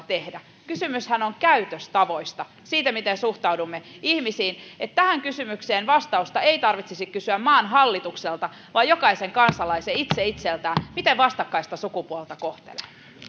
tehdä kysymyshän on käytöstavoista siitä miten suhtaudumme ihmisiin tähän kysymykseen vastausta ei tarvitsisi kysyä maan hallitukselta vaan jokaisen kansalaisen pitäisi kysyä itse itseltään miten vastakkaista sukupuolta kohtelee